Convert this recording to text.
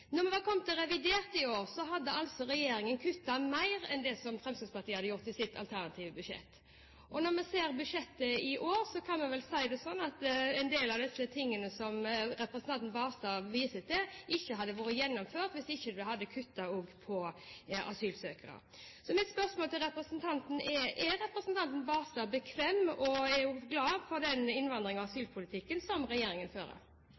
når vi ser budsjettet i år, kan man vel si det slik at en del av disse tingene som representanten Barstad viser til, ikke hadde vært gjennomført hvis man ikke hadde kuttet også på asylsøkere. Så mitt spørsmål er: Er representanten Barstad bekvem med og glad for den innvandrings- og asylpolitikken som regjeringen fører?